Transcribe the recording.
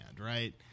right